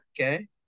okay